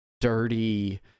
dirty